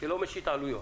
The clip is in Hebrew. שלא משית עלויות,